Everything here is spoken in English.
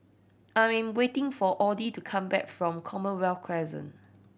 I'm waiting for Audie to come back from Commonwealth Crescent